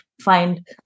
find